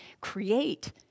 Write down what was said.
create